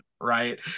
Right